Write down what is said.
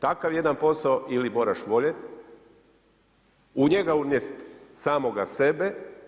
Takav jedan posao ili moraš voljeti, u njega unest samoga sebe.